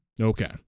Okay